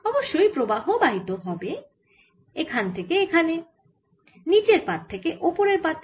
অবশ্যই প্রবাহ বাহিত হবে এখানে থেকে এখানে নিচের পাত থেকে ওপরের পাতে